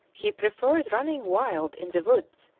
he preferred running wild in the woods,